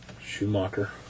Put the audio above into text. Schumacher